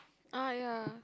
ah ya